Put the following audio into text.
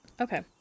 Okay